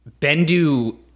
Bendu